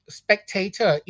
spectator